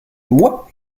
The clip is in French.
moi